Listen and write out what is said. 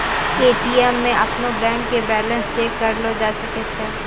ATM मे अपनो bank के बैलेंस चेक करलो जाय सकै छै